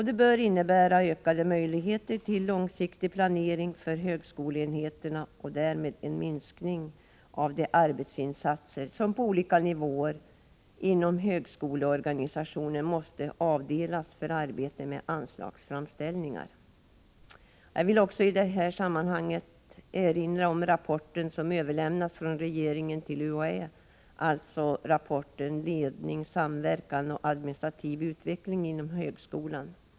Det bör innebära ökade möjligheter till långsiktig planering för högskoleenheterna och därmed en minskning av de arbetsinsatser som på olika nivåer inom högskoleorganisationen måste avdelas för arbetet med anslagsframställningar. Jag vill också i detta sammanhang erinra om rapporten Ledning, samverkan och administrativ utveckling inom högskolan som överlämnats från regeringen till UHÄ.